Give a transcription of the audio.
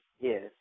Yes